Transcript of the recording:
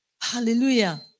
Hallelujah